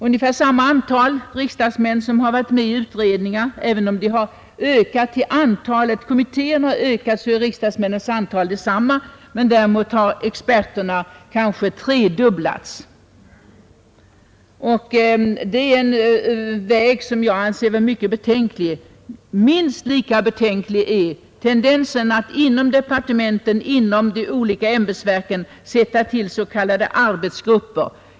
Ungefär samma antal riksdagsmän har varit med i utredningarna, medan antalet kommittéer har ökat och antalet experter tredubblats. Det är en utveckling som är mycket betänklig. Nr 40 Minst lika betänklig är tendensen att inom departement och olika Onsdagen den ämbetsverk tillsätta s.k. arbetsgrupper.